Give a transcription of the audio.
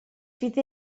fydd